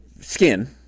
skin